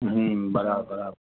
હમ બરા બરાબર